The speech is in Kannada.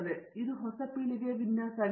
ಆದ್ದರಿಂದ ಇದು ಹೊಸ ಪೀಳಿಗೆಯ ವಿನ್ಯಾಸ ಆಗಿದೆ